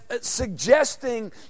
suggesting